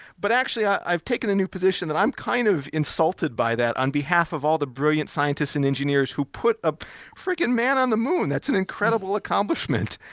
but actually, i've taken the position that i'm kind of insulted by that on behalf of all the brilliant scientists and engineers who put a freaking man on the moon. that's an incredible accomplishment,